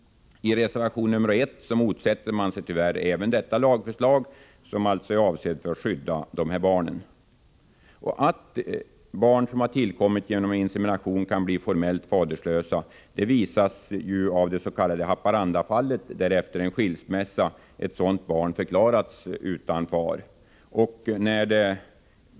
I reservation nr 1 motsätter man sig tyvärr även detta lagförslag, som är avsett att skydda dessa barn. Att barn som tillkommit genom insemination kan bli formellt faderlösa visar det s.k. Haparandafallet, där ett sådant barn efter en skilsmässa förklarats faderlöst.